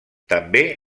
també